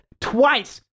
twice